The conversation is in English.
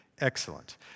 excellent